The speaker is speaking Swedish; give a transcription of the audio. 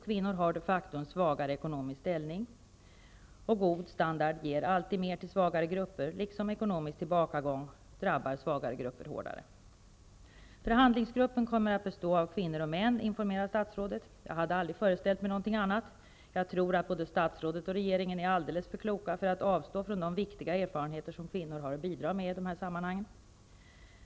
Kvinnor har de facto en svagare ekonomisk ställning, och god standard ger alltid mer till svagare grupper, liksom ekonomisk tillbakagång drabbar svagare grupper hårdare. Förhandlingsgruppen kommer att bestå av kvinnor och män, informerar statsrådet. Jag hade aldrig föreställt mig någonting annat. Jag tror att både statsrådet och regeringen är alldeles för kloka för att avstå från de viktiga erfarenheter som kvinnor har att bidra med i de här sammanhangen.